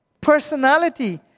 Personality